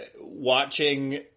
watching